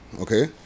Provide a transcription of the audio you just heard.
okay